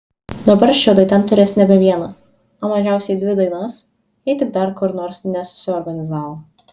dabar švedai ten turės nebe vieną o mažiausiai dvi dainas jei tik dar kur nors nesusiorganizavo